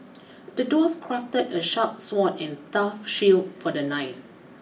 the dwarf crafted a sharp sword and tough shield for the knight